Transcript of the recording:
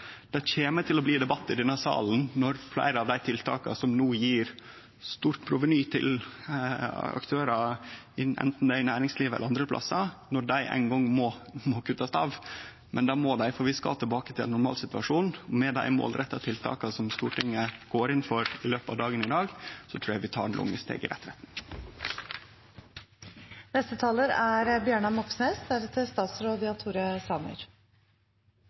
Det kjem til å bli debatt i denne salen når fleire av ei tiltaka som no gjev stort proveny til aktørar, anten det er i næringslivet eller andre plassar, må kuttast ut. Men det må dei, for vi skal tilbake til ein normalsituasjon. Og med dei målretta tiltaka som Stortinget går inn for i løpet av dagen i dag, trur eg vi tek lange steg i